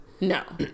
No